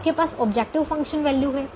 आपके पास objective function value हैं